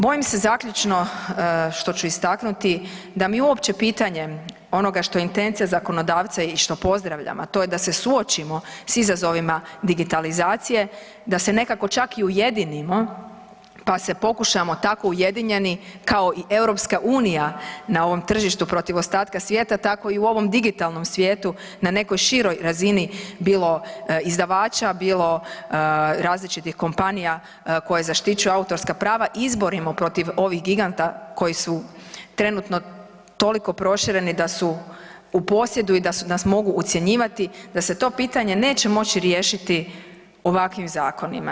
Bojim se, zaključno, što ću istaknuti da mi uopće pitanje onoga što je intencija zakonodavca i što pozdravljam, a to je da se suočimo s izazovima digitalizacije, da se nekako čak i ujedinimo, pa se pokušamo tako ujedinjeni, kao i EU na ovoj tržištu, protiv ostatka svijeta, tako i u ovom digitalnom svijetu na nekoj široj razini bilo izdavača, bilo različitih kompanija koja zaštićuju autorska prava, izborimo protiv ovih giganta koji su trenutno toliko prošireni da su u posjedu i da nas mogu ucjenjivati, da se to pitanje neće moći riješiti ovakvim zakonima.